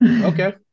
Okay